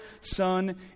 Son